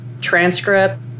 transcript